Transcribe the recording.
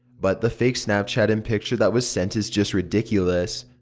but the fake snapchat and picture that was sent is just ridiculous.